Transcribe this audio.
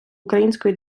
української